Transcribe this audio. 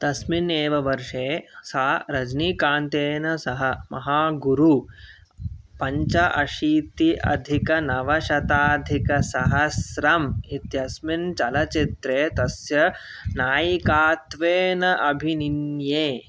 तस्मिन् एव वर्षे सा रजनीकान्तेन सह महागुरुः पञ्चाशीतिः अधिकनवशताधिकसहस्रम् इत्यस्मिन् चलचित्रे तस्य नायिकात्वेन अभिनिन्ये